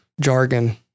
jargon